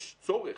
יש צורך.